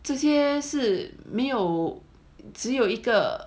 这些是没有只有一个